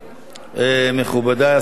מכובדי השרים,